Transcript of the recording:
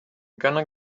gonna